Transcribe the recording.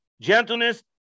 gentleness